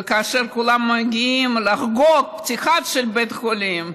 וכאשר כולם מגיעים לחגוג את הפתיחה של בית החולים,